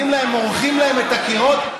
מורחים להם את הקירות,